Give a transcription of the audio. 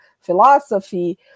philosophy